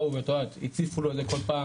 באו והציפו לו את זה כל פעם,